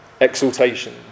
exaltation